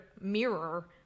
mirror